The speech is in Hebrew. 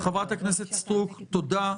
חברת הכנסת סטרוק, תודה.